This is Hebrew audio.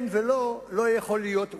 כן ולא לא יכולים להיות אולי.